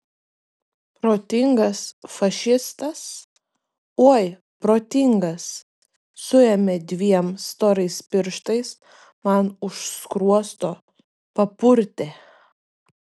protingas fašistas oi protingas suėmė dviem storais pirštais man už skruosto papurtė